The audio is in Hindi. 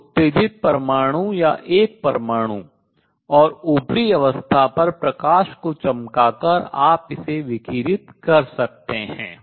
तो उत्तेजित परमाणु या एक परमाणु और ऊपरी अवस्था पर प्रकाश को चमकाकर आप इसे विकिरित कर सकते हैं